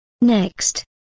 Next